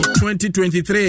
2023